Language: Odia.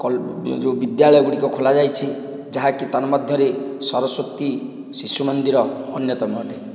ଯେଉଁ ବିଦ୍ୟାଳୟ ଗୁଡ଼ିକ ଖୋଲାଯାଇଛି ଯାହାକି ତନ୍ମଧ୍ୟରେ ସାରସ୍ୱତୀ ଶିଶୁମନ୍ଦିର ଅନ୍ୟତମ ଅଟେ